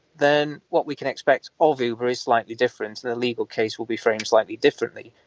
then what we can expect of uber is slightly different and the legal case will be framed slightly differently.